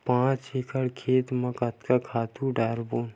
पांच एकड़ खेत म कतका खातु डारबोन?